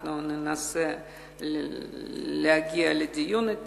אנחנו ננסה להגיע אתם לדיון.